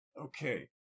Okay